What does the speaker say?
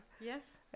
Yes